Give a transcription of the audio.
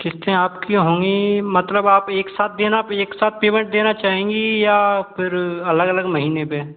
किस्तें आपकी होंगी मतलब आप एक साथ देना पर एक साथ पेमेंट देना चाहेंगी या फिर अलग अलग महीने पर